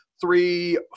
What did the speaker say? three